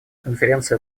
конференция